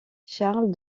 charles